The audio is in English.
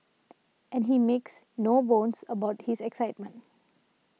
and he makes no bones about his excitement